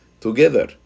together